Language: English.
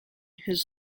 his